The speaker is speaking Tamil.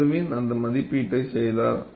இர்வின் அந்த மதிப்பீட்டை செய்தார்